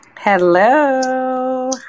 Hello